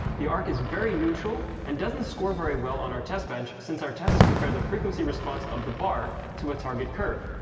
the arc is very neutral and doesn't score very well on our test bench since our tests compare the frequency response of the bar to a target curve,